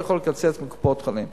לא יכול לקצץ מקופות-חולים,